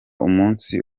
umunsi